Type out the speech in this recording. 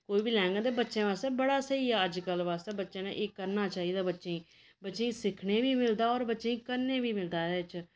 कोई बी लैङन ते बच्चें बास्तै बड़ा स्हेई अज्जकल बास्तै बच्चें ने एह करना चाहिदा बच्चें गी बच्चें गी सिक्खने बी मिलदा होर बच्चें गी करने बी मिलदा एह्दे च